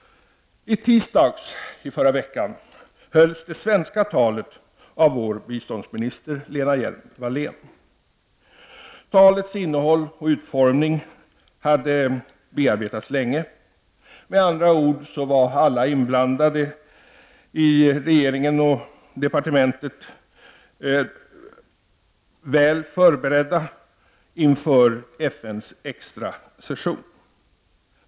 I tisdags i förra veckan hölls det svenska talet av vår biståndsminister Lena Hjelm-Wallén. Talets innehåll och utformning hade bearbetats länge. Med andra ord var alla inblandade i regeringen och departementet väl förberedda inför FNs extra session.